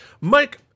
Mike